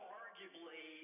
arguably